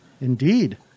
indeed